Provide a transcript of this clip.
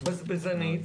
בזבזנית,